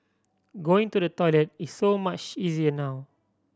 going to the toilet is so much easier now